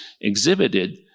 exhibited